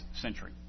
century